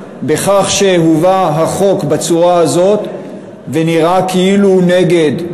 בכך שהובא החוק בצורה הזאת ונראה כאילו הוא נגד,